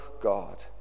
God